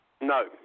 No